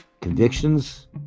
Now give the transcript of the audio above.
convictions